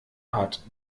hat